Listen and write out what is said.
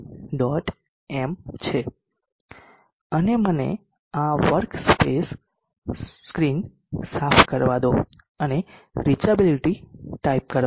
m છે અને મને આ વર્કસ્પેસ સ્ક્રીન સાફ કરવા દો અને રીચાબિલીટી ટાઇપ કરો